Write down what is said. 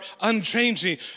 unchanging